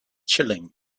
chilling